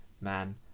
man